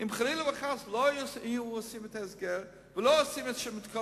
אם חלילה וחס לא היו עושים את ההסגר ולא היו נותנים את כל